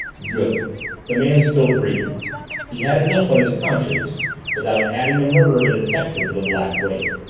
good the man still breathed he had enough on his conscience without adding the murder of a detective to the black weight.